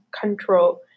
control